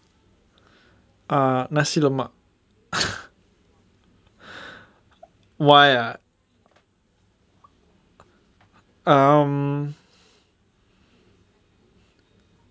ah nasi lemak why ah um